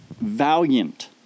valiant